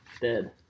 Dead